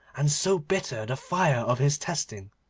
and so bitter the fire of his testing,